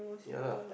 yeah lah